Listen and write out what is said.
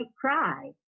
cry